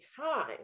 time